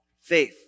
faith